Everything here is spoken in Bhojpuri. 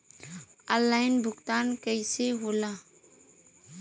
ऑनलाइन भुगतान कईसे होला?